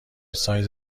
سایز